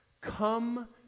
come